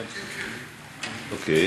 אוקיי.